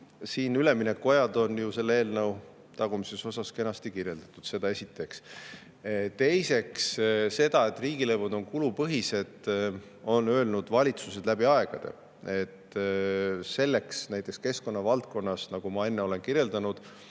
Nii et üleminekuaegu on ju selle eelnõu tagumises osas kenasti kirjeldatud. Seda esiteks. Teiseks, seda, et riigilõivud on kulupõhised, on öelnud valitsused läbi aegade. Selleks on näiteks keskkonnavaldkonnas, nagu ma enne olen kirjeldanud,